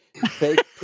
fake